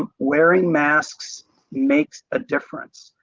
ah wearing mass makes makes a difference.